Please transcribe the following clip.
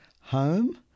home